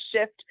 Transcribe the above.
shift